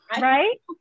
right